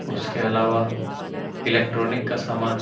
اس کے علاوہ الیکٹرانک کا سامان